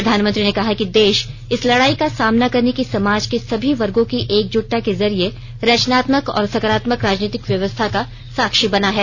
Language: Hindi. प्रधानमंत्री ने कहा कि देश इस लड़ाई का सामना करने की समाज के सभी वर्गो की एकजुटता के जरिये रचनात्मक और सकारात्मक राजनीतिक व्यवस्था का साक्षी बना है